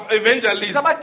evangelists